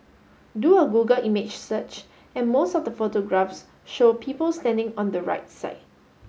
do a Google image search and most of the photographs show people standing on the right side